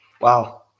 wow